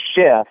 shift